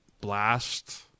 blast